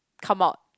come out